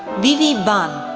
vivi banh,